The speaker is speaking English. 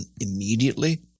immediately